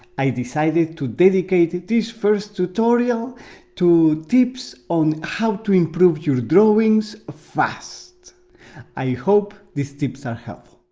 i decided to dedicate this first. tutorial to tips on how to improve your drawings fast i hope these tips are helpful.